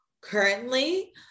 currently